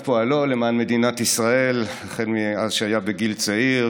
פועלו למען מדינת ישראל מאז היה צעיר.